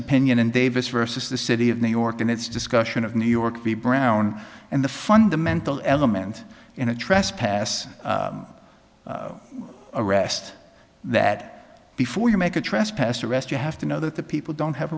opinion in davis versus the city of new york in its discussion of new york be brown and the fundamental element in a trespass arrest that before you make a trespasser arrest you have to know that the people don't have